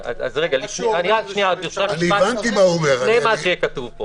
מה שיהיה כתוב פה